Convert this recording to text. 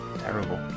Terrible